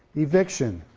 eviction,